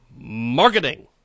marketing